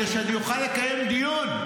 כדי שאני אוכל לקיים דיון.